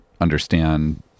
understand